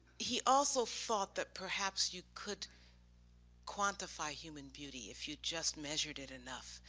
he also thought that perhaps you could quantify human beauty if you just measured it enough.